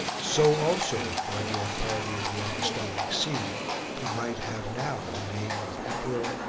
so also by the authority of the apostolic see he might have now the name of em peror,